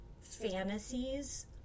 fantasies